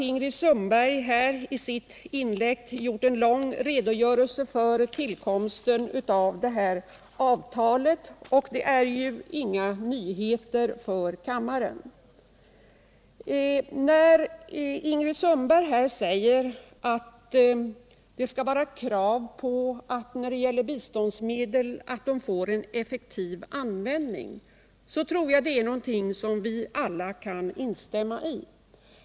Ingrid Sundberg har i sitt inlägg lämnat en lång redogörelse för tillkomsten av avtalet, men det var ju inga nyheter för kammarens ledamöter. När hon säger att vi skall kräva att biståndsmedlen kommer till effektiv användning, tror jag att vi alla kan instämma.